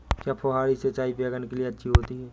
क्या फुहारी सिंचाई बैगन के लिए अच्छी होती है?